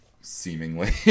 seemingly